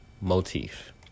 motif